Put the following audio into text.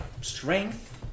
strength